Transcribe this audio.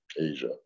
Asia